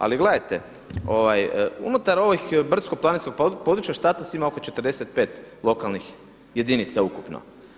Ali gledajte, unutar ovog brdsko-planinskog područja … ima oko 45 lokalnih jedinica ukupno.